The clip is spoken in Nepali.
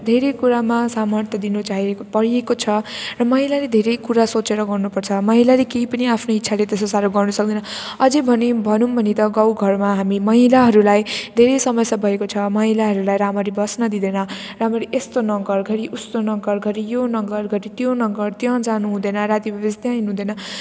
धेरै कुरामा सामर्थ्य दिनु चाहिएको पाइएको छ र महिलाले धेरै कुरा सोचेर गर्नुपर्छ र महिलाले केही पनि आफ्नो इच्छाले त्यस्तो साह्रो गर्न सक्दैन अझै भने भनौँ भने त गाउँघरमा हामी महिलाहरूलाई धेरै समस्या भएको छ महिलाहरूलाई राम्ररी बस्न दिँदैन राम्ररी यस्तो नगर घरि उस्तो नगर घरि यो नगर घरि त्यो नगर त्यहाँ जानुहुँदैन राति भएपछि त्यहाँ हिँड्नुहुँदैन